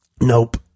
nope